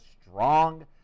strong